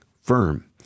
firm